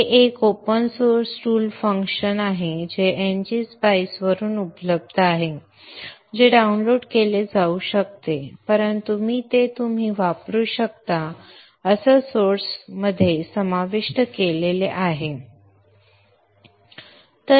हे एक open source tool function आहे जे ng spice वरून उपलब्ध आहे जे डाउनलोड केले जाऊ शकते परंतु मी ते तुम्ही वापरू शकता अशा सोर्स मध्ये समाविष्ट केले आहे